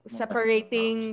separating